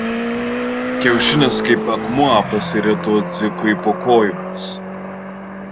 kiaušinis kaip akmuo pasirito dzikui po kojomis